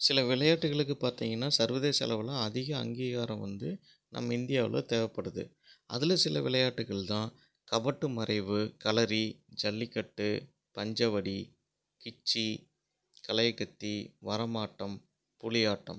சில விளையாட்டுகளுக்கு பார்த்தீங்கன்னா சர்வதேச அளவில் அதிக அங்கீகாரம் வந்து நம்ம இந்தியாவில் தேவைப்படுது அதில் சில விளையாட்டுக்கள் தான் கபட்டு மறைவு களரி ஜல்லிக்கட்டு பஞ்சவடி கிச்சி கலையகத்தி வரம்பாட்டம் புலியாட்டம்